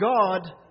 God